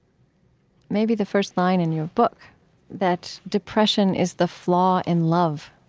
maybe, the first line in your book that depression is the flaw in love.